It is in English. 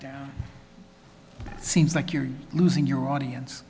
it seems like you're losing your audience